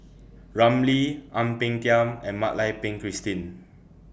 Ramli Ang Peng Tiam and Mak Lai Peng Christine